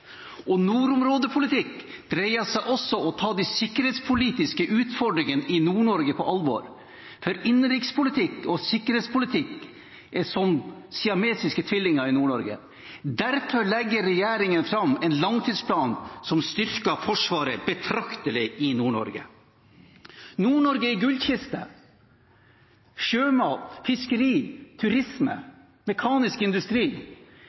Nordområdepolitikk dreier seg også om å ta de sikkerhetspolitiske utfordringene i Nord-Norge på alvor, for innenrikspolitikk og sikkerhetspolitikk er i Nord-Norge som siamesiske tvillinger. Derfor legger regjeringen fram en langtidsplan som styrker Forsvaret i Nord-Norge betraktelig. Nord-Norge er en gullkiste – sjømat, fiskeri, turisme, mekanisk industri.